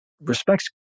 respects